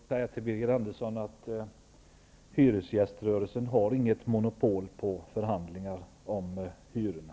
Fru talman! Jag måste säga till Birger Andersson att hyresgäströrelsen inte har något monopol på förhandlingar om hyrorna.